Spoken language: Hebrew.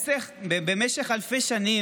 במשך אלפי שנים,